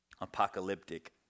apocalyptic